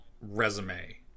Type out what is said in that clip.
resume